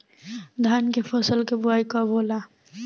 धान के फ़सल के बोआई कब होला?